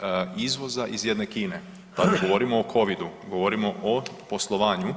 '18. izvoza iz jedne Kine, pa ne govorimo o Covidu, govorimo o poslovanju.